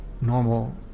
normal